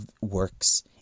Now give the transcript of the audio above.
works